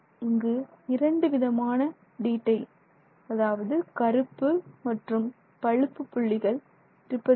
இங்கு இரண்டு விதமான டீட்டைல் அதாவது கருப்பு மற்றும் பழுப்பு புள்ளிகள் இருப்பதில்லை